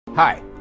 Hi